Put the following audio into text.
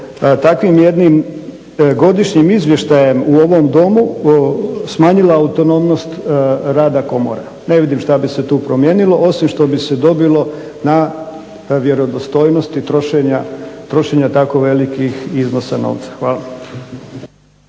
takvim jednim godišnjim izvještajem u ovom Domu smanjila autonomnost rada komora. Ne vidim što bi se tu promijenilo osim što bi se dobilo na vjerodostojnosti trošenja tako velikih iznosa novca. Hvala.